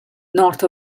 north